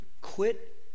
Quit